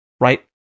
right